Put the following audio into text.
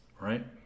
right